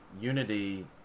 unity